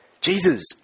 Jesus